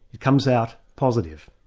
it comes out positive.